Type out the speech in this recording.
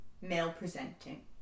male-presenting